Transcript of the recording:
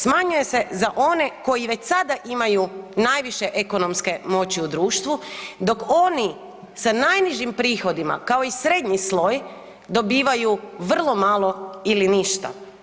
Smanjuje se za one koji već sada imaju najviše ekonomske moći u društvu, dok oni sa najnižim prihodima kao i srednji sloj dobivaju vrlo malo ili ništa.